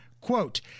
Quote